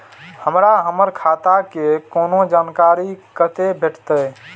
हमरा हमर खाता के कोनो जानकारी कतै भेटतै?